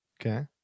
Okay